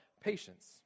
patience